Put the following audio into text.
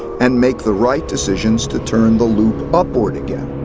and make the right decisions to turn the loop upward again.